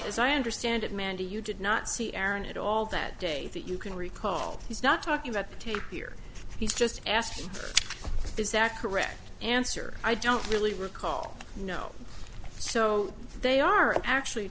as i understand it mandy you did not see aaron at all that day that you can recall he's not talking about the tape here he's just asking is that correct answer i don't really recall you know so they are actually